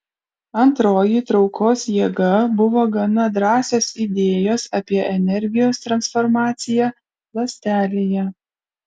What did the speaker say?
antroji traukos jėga buvo gana drąsios idėjos apie energijos transformaciją ląstelėje